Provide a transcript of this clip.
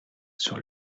sur